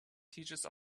teaches